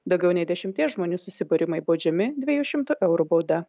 daugiau nei dešimties žmonių susibūrimai baudžiami dviejų šimtų eurų bauda